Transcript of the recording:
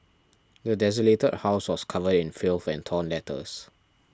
the desolated house was covered in filth and torn letters